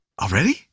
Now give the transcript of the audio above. already